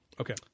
Okay